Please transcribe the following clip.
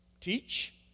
Teach